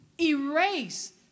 erase